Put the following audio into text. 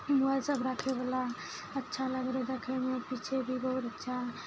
mobile सब राखै बला अच्छा लागै देखैमे पीछे भी बहुत अच्छा